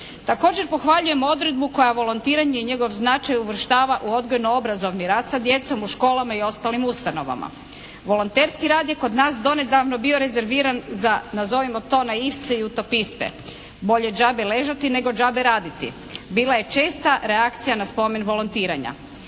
Također pohvaljujem odredbu koja volontiranje i njegov značaj uvrštava u odgojno-obrazovni rad sa djecom u školama i ostalim ustanovama. Volonterski rad je kod nas donedavno bio rezerviran za nazovimo to naivce i utopiste, bolje džabe ležati, nego džabe raditi bila je česta reakcija na spomen volontiranja.